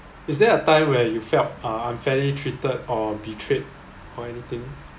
is there a time where you felt uh unfairly treated or betrayed or anything